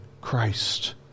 Christ